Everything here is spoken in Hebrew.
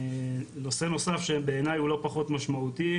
נושא נוסף שבעיניי הוא לא פחות משמעותי